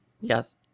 Yes